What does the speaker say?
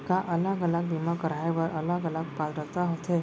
का अलग अलग बीमा कराय बर अलग अलग पात्रता होथे?